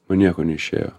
man nieko neišėjo